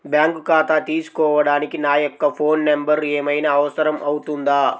Bank ఖాతా తీసుకోవడానికి నా యొక్క ఫోన్ నెంబర్ ఏమైనా అవసరం అవుతుందా?